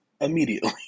immediately